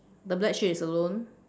the black sheep is alone